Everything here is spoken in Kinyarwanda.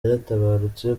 yaratabarutse